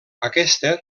aquesta